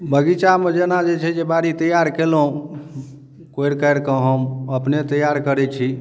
बगीचा मे जेना जे छै से बाड़ी तैयार केलहुॅं कोरि कारि कऽ हम अपने तैयार करै छी